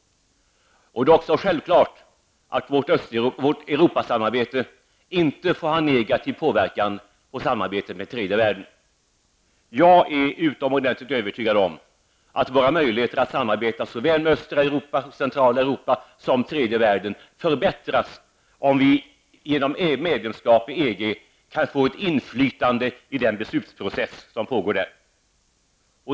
Det är också självklart att vårt Europasamarbete inte får ha negativ påverkan på samarbetet med tredje världen. Jag är utomordentligt övertygad om att våra möjligheter att samarbeta med såväl östra och centrala Europa som tredje världen förbättras, om vi genom medlemskap i EG kan få ett inflytande i den beslutsprocess som pågår där.